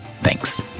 Thanks